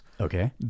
Okay